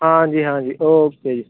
ਹਾਂਜੀ ਹਾਂਜੀ ਓਕੇ ਜੀ